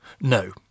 No